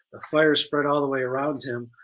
the fire spread all the way around him,